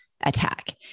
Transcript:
attack